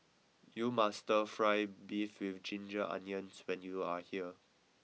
you must try Stir Fry Beef with ginger onions when you are here